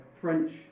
French